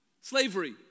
slavery